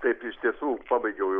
taip iš tiesų pabaigiau jau